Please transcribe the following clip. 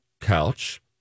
couch